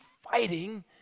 fighting